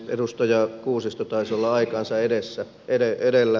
edustaja kuusisto taisi olla aikaansa edellä äsken